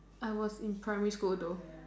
I was in primary school though